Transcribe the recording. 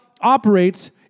operates